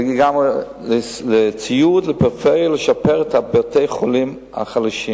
לציוד לפריפריה, לשפר את בתי-החולים החלשים.